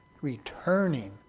returning